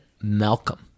Malcolm